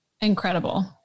Incredible